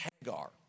Hagar